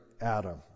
Adam